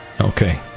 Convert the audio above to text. Okay